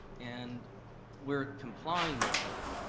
and we're complying with those,